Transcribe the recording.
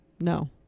No